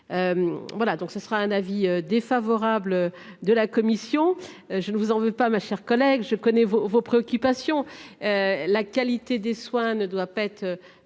Voilà donc ce sera un avis défavorable de la commission. Je ne vous en veux pas ma chère collègue je connais vos vos préoccupations. La qualité des soins ne doit pas être.